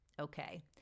okay